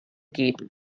geben